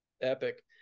Epic